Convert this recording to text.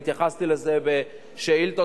והתייחסתי לזה בשאילתות,